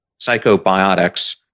psychobiotics